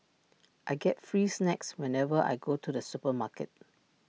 I get free snacks whenever I go to the supermarket